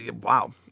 Wow